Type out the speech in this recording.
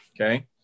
Okay